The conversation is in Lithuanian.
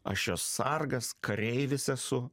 aš jo sargas kareivis esu